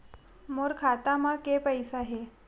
मोर खाता म के पईसा हे?